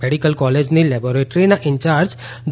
medical કોલેજની લેબોરેટરીના incharge ડો